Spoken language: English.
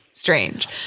strange